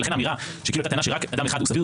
ולכן האמירה שכאילו הייתה טענה שרק אדם אחד הוא סביר,